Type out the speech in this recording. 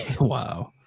Wow